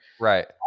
right